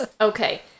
Okay